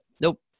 nope